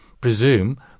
presume